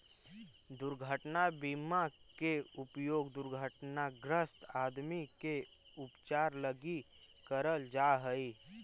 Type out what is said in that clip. दुर्घटना बीमा के उपयोग दुर्घटनाग्रस्त आदमी के उपचार लगी करल जा हई